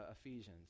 Ephesians